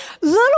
little